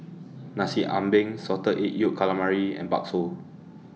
Nasi Ambeng Salted Egg Yolk Calamari and Bakso